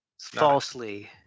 Falsely